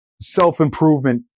self-improvement